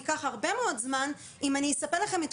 ייקח הרבה מאוד זמן אם אני אספר לכם את